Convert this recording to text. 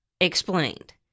explained